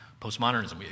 Postmodernism